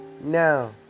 Now